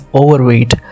overweight